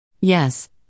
Yes